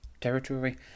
territory